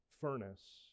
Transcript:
furnace